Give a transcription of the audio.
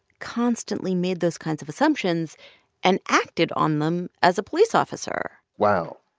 constantly made those kinds of assumptions and acted on them as a police officer wow.